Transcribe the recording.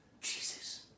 Jesus